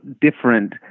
different